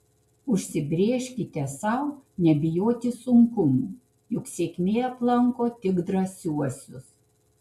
užsibrėžkite sau nebijoti sunkumų juk sėkmė aplanko tik drąsiuosius